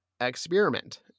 experiment